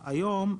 היום,